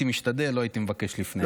אם הייתי משתדל, לא הייתי מבקש לפני.